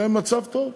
הם במצב טוב.